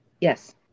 Yes